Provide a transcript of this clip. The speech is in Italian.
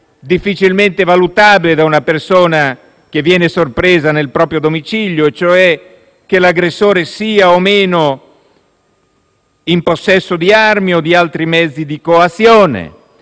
difficilmente valutabili da una persona che viene sorpresa nel proprio domicilio, cioè se l'aggressore sia o meno in possesso di armi o di altri mezzi di coazione,